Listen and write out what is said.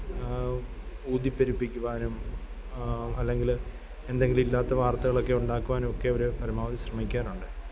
ഊതിപ്പെരുപ്പിക്കുവാനും അല്ലെങ്കിൽ എന്തെങ്കിലുമില്ലാത്ത വാര്ത്തകളൊക്കെ ഉണ്ടാക്കുവാനുമൊക്കെ അവർ പരമാവധി ശ്രമിക്കാറുണ്ട്